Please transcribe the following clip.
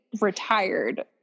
retired